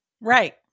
Right